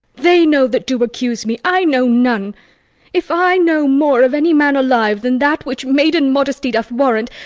they know that do accuse me, i know none if i know more of any man alive than that which maiden modesty doth warrant,